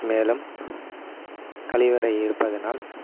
மேலும் கழிவறை இருப்பதனால்